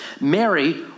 Mary